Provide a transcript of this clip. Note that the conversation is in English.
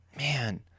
Man